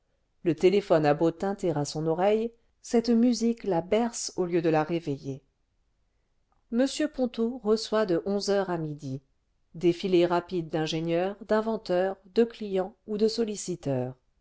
le téléphone a beau tinter à son oreille cette musique la berce au lieu de la réveiller m ponto reçoit de onze heures à midi défilé rapide d'ingénieurs d'inventeurs de clients ou de solliciteurs